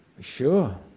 Sure